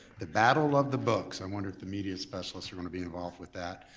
the battle of the books, i wonder if the media specialists are gonna be involved with that,